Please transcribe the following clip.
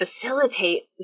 facilitate